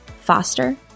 foster